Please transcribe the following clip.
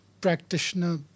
practitioner